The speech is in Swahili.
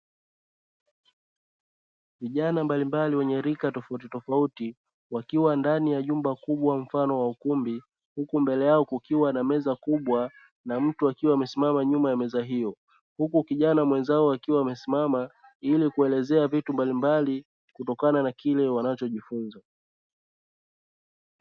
Vijana mbalimbali wenye rika tofautitofauti, wakiwa ndani ya jumba kubwa mfano wa ukumbi huku mbele yao kukiwa na meza kubwa na mtu akiwa amesimama nyuma ya meza hiyo, huku kijana mwenzao akiwa amesimama ili kuelezea vitu mbalimbali kutokana na kile wanachojifunza.